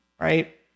right